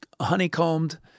honeycombed